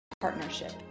partnership